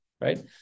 right